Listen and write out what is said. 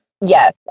Yes